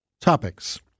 topics